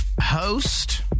host